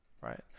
right